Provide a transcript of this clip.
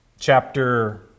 Chapter